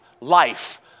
Life